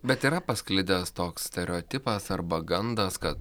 bet yra pasklidęs toks stereotipas arba gandas kad